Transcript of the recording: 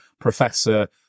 Professor